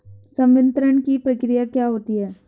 संवितरण की प्रक्रिया क्या होती है?